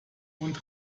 und